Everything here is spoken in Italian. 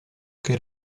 che